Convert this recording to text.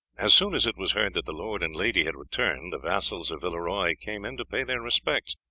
as soon as it was heard that the lord and lady had returned, the vassals of villeroy came in to pay their respects,